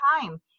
time